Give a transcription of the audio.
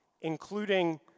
including